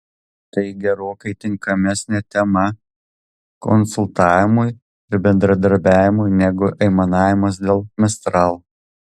tai gerokai tinkamesnė tema konsultavimui ir bendradarbiavimui negu aimanavimas dėl mistral